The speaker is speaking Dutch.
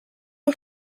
een